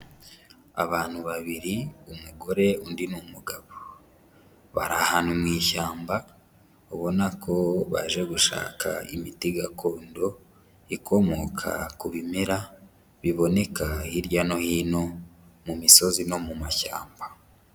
Abantu babiri umugore undi ni umugabo, bari ahantu mu ishyamba ubona ko baje gushaka imiti gakondo ikomoka ku bimera biboneka hirya no hino mu misozi no mu mashyamba.